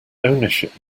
ownership